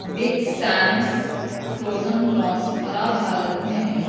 big Sam's frozen prawns خراب حالت میں ملے